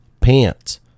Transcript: pants